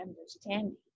understanding